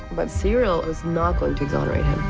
but serial is not going to exonerate